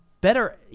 better